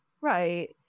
right